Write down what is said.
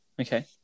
Okay